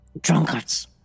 drunkards